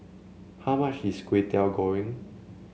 how much is Kwetiau Goreng